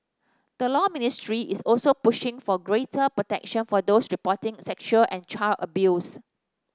the Law Ministry is also pushing for greater protection for those reporting sexual and child abuse